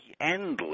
endless